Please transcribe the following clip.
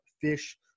Fish